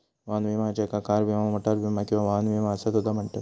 वाहन विमा ज्याका कार विमा, मोटार विमा किंवा वाहन विमा असा सुद्धा म्हणतत